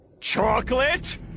Chocolate